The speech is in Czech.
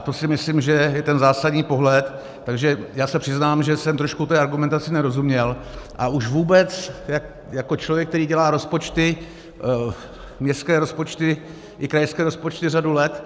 To si myslím, že je zásadní pohled, takže se přiznám, že jsem trošku té argumentaci nerozuměl, a už vůbec jako člověk, který dělá rozpočty, městské rozpočty i krajské rozpočty řadu let.